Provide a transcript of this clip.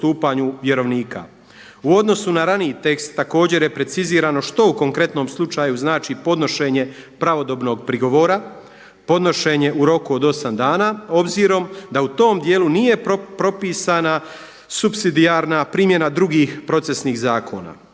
U odnosu na raniji tekst također je precizirano što u konkretnom slučaju znači podnošenje pravodobnog prigovora, podnošenje u roku od osam dana obzirom da u tom dijelu nije propisana supsidijarna primjena drugih procesnih zakona.